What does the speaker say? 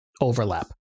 overlap